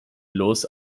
bloß